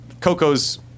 Coco's